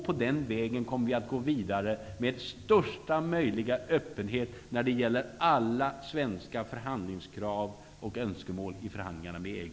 På den vägen kommer vi att gå vidare med största möjliga öppenhet när det gäller alla svenska förhandlingskrav och önskemål i förhandlingarna med EG.